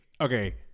okay